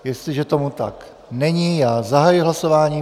Jestliže tomu tak není, já zahajuji hlasování.